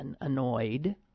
annoyed